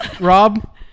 Rob